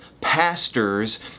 pastors